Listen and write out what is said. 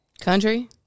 Country